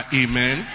amen